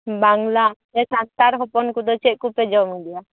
ᱵᱟᱝᱞᱟ ᱦᱮᱸ ᱥᱟᱱᱛᱟᱲ ᱦᱚᱯᱚᱱ ᱠᱚ ᱫᱚ ᱪᱮᱫ ᱠᱚᱯᱮ ᱡᱚᱢ ᱜᱮᱭᱟ